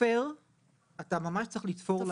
לתפור לנכה